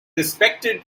respected